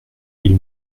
ils